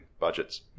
budgets